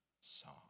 song